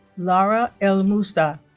lara elmoussa